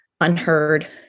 unheard